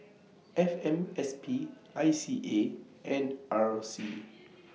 F M S P I C A and R C